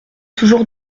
toujours